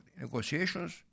negotiations